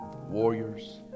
Warriors